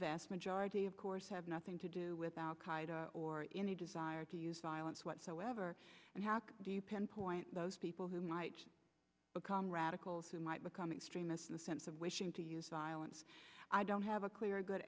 vast majority of course have nothing to do with al qaeda or any desire to use violence whatsoever and happen do you pinpoint those people who might become radicals who might become extremists in the sense of wishing to use violence i don't have a clear a good